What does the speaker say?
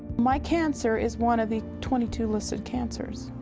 my cancer is one of the twenty two listed cancers.